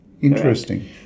Interesting